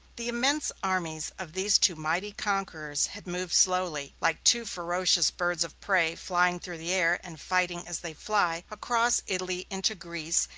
the immense armies of these two mighty conquerors had moved slowly like two ferocious birds of prey, flying through the air, and fighting as they fly across italy into greece,